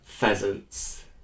pheasants